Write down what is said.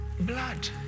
Blood